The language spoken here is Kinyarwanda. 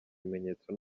ibimenyetso